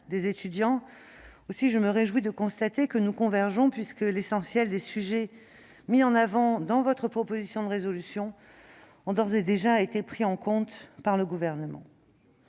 des étudiants. Aussi, je me réjouis de constater que nous convergeons, puisque l'essentiel des sujets mis en avant dans votre proposition de résolution a d'ores et déjà été pris en compte par le Gouvernement.